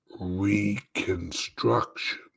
Reconstruction